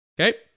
okay